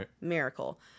miracle